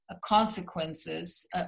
consequences